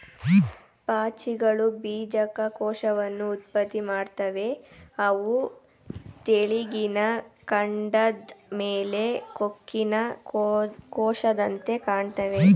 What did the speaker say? ಪಾಚಿಗಳು ಬೀಜಕ ಕೋಶವನ್ನ ಉತ್ಪತ್ತಿ ಮಾಡ್ತವೆ ಅವು ತೆಳ್ಳಿಗಿನ ಕಾಂಡದ್ ಮೇಲೆ ಕೊಕ್ಕಿನ ಕೋಶದಂತೆ ಕಾಣ್ತಾವೆ